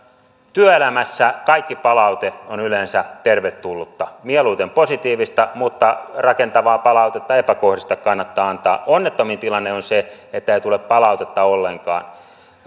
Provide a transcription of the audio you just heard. työelämässä kaikki palaute on yleensä tervetullutta mieluiten positiivista mutta rakentavaa palautetta epäkohdista kannattaa antaa onnettomin tilanne on se että ei tule palautetta ollenkaan